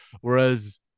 Whereas